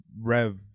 rev